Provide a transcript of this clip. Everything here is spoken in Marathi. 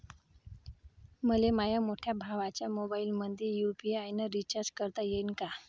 मले माह्या मोठ्या भावाच्या मोबाईलमंदी यू.पी.आय न रिचार्ज करता येईन का?